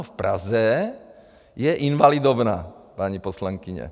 V Praze je Invalidovna, paní poslankyně.